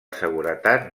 seguretat